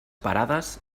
parades